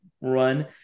run